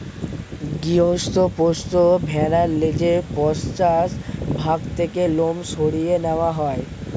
গৃহস্থ পোষ্য ভেড়ার লেজের পশ্চাৎ ভাগ থেকে লোম সরিয়ে নেওয়া হয়